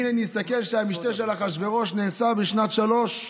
אם אני אסתכל, המשתה של אחשוורוש נעשה בשנת שלוש,